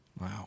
Wow